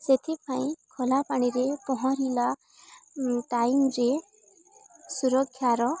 ସେଥିପାଇଁ ଖୋଲା ପାଣିରେ ପହଁରିଲା ଟାଇମ୍ରେ ସୁରକ୍ଷାର